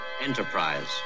Enterprise